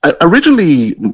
originally